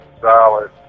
Solid